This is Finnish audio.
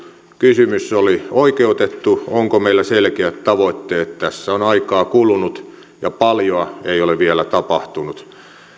kysymys oli oikeutettu onko meillä selkeät tavoitteet tässä on aikaa kulunut ja paljoa ei ole vielä tapahtunut